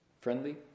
friendly